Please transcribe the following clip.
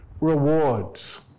rewards